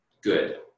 good